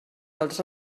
dels